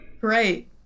Great